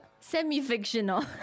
Semi-fictional